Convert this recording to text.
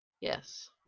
yes